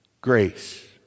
grace